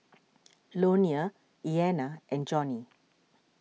Leonia Iyana and Johnie